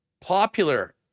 popular